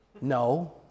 No